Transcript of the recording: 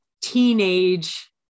teenage